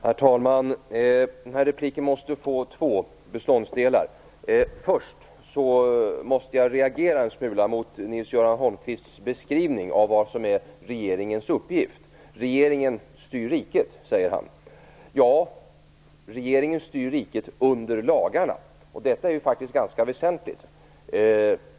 Herr talman! Denna replik måste få två beståndsdelar. Först måste jag reagera en smula mot Nils Göran Holmqvists beskrivning av vad som är regeringens uppgift. Regeringen styr riket säger han. Ja, regeringen styr riket under lagarna. Detta är faktiskt ganska väsentligt.